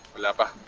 la